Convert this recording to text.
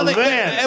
man